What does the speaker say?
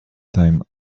time